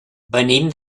venim